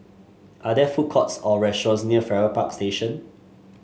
are there food courts or restaurants near Farrer Park Station